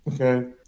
okay